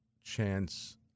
chance